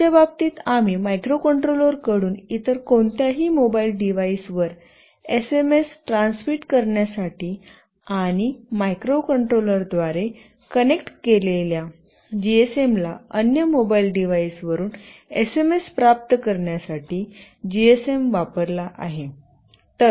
आमच्या बाबतीत आम्ही मायक्रोकंट्रोलरकडून इतर कोणत्याही मोबाइल डिव्हाइसवर एसएमएस ट्रान्स्मिट करण्यासाठी आणि मायक्रोकंट्रोलर द्वारे कनेक्ट केलेल्या जीएसएम ला अन्य मोबाइल डिव्हाइसवरून एसएमएस प्राप्त करण्यासाठी जीएसएम वापरला आहे